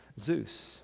Zeus